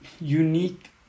unique